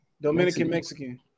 Dominican-Mexican